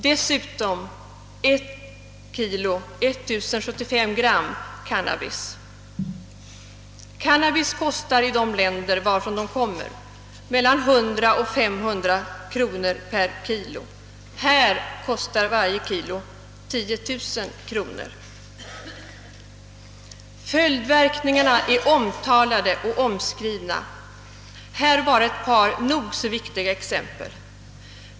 Dessutom «beslagtogs 1075 gram cannabis, som i de länder varifrån medlet kommer kostar mellan 100 och 500 kronor per kilo. Här kostar varje kilo 10 000 kronor. Följdverkningarna är omtalade och omskrivna. Jag skall här bara ta ett par nog så viktiga exempel.